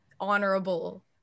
honorable